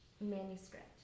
manuscript